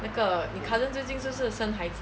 那个你 cousins 最近是不是生孩子